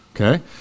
okay